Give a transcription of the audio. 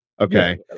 Okay